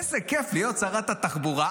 איזה כיף להיות שרת התחבורה,